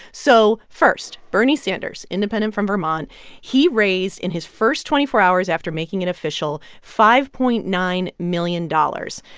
so first, bernie sanders, independent from vermont he raised in his first twenty four hours after making it official five point nine million dollars.